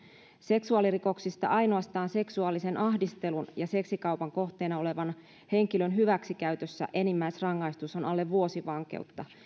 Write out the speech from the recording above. seksuaalirikoksista ainoastaan seksuaalisen ahdistelun ja seksikaupan kohteena olevan henkilön hyväksikäytössä enimmäisrangaistus on alle vuosi vankeutta